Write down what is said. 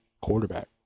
quarterback